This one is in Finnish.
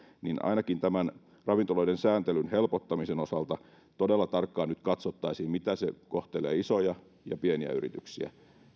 että ainakin tämän ravintoloiden sääntelyn helpottamisen osalta todella tarkkaan nyt katsottaisiin miten se kohtelee isoja ja pieniä yrityksiä